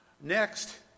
Next